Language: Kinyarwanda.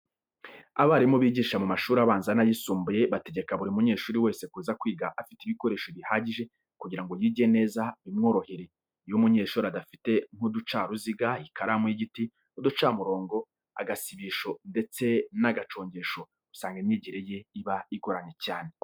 Abarimu bigisha mu mashuri abanza n'ayisumbuye bategeka buri munyeshuri wese kuza kwiga afite ibikoresho bihagije kugira ngo yige neza bimworoheye. Iyo umunyeshuri adafite nk'uducaruziga, ikaramu y'igiti, uducamurongo, agasibisho ndetse n'agacongesho, usanga imyigire ye iba igoranye cyane.